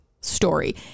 story